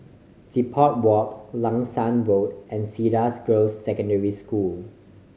Depot Walk Langsat Road and Cedar Girls' Secondary School